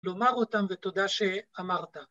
‫לומר אותם ותודה שאמרת.